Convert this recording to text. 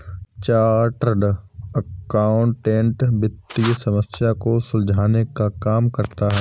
chartered accountant वित्तीय समस्या को सुलझाने का काम करता है